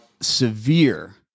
severe